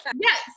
yes